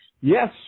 Yes